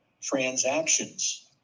transactions